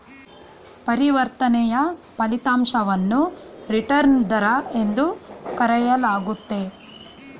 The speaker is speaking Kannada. ಪರಿವರ್ತನೆಯ ಫಲಿತಾಂಶವನ್ನು ರಿಟರ್ನ್ ದರ ಎಂದು ಕರೆಯಲಾಗುತ್ತೆ